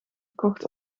gekocht